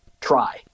try